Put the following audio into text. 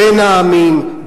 בין העמים,